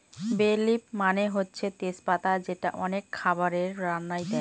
বে লিফ মানে হচ্ছে তেজ পাতা যেটা অনেক খাবারের রান্নায় দেয়